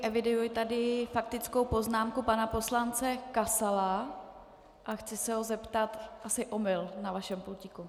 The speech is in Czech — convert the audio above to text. Eviduji tady faktickou poznámku pana poslance Kasala a chci se ho zeptat asi omyl na vašem pultíku.